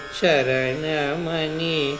Sharanamani